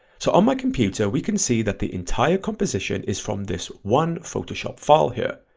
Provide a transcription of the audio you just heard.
so on my computer we can see that the entire composition is from this one photoshop file here,